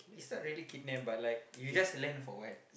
it's not really kidnap but like you just learn for awhile